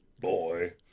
boy